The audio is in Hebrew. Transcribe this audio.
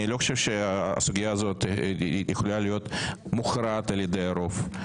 אני לא חושב שהסוגיה הזאת יכולה להיות מוכרעת על ידי רוב.